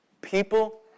People